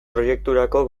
proiekturako